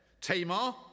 Tamar